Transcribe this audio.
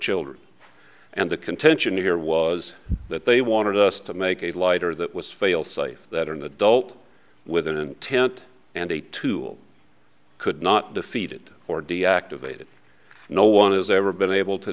children and the contention here was that they wanted us to make a lighter that was fail safe that are in the dope with an intent and a two could not defeated or deactivated no one has ever been able to